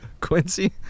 Quincy